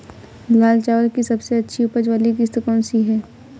लाल चावल की सबसे अच्छी उपज वाली किश्त कौन सी है?